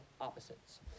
opposites